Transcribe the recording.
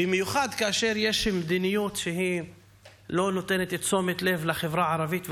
במיוחד כאשר יש מדיניות שלא נותנת תשומת לב לחברה הערבית.